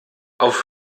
auf